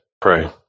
pray